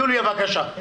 יוליה, בבקשה.